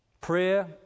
Prayer